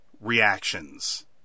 reactions